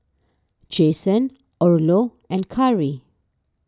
Jason Orlo and Kari